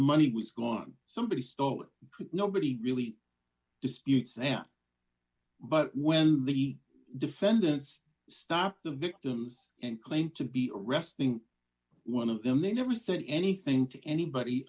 money was gone somebody stole it nobody really disputes and but when the defendants stop the victims and claim to be arresting one of them they never said anything to anybody